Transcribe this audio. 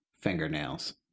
Fingernails